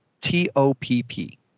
T-O-P-P